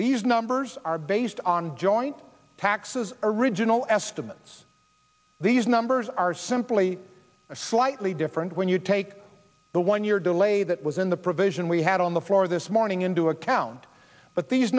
the numbers are based on joint taxes original estimates these numbers are simply a slightly different when you take the one year delay that was in the provision we had on the floor this morning into account but these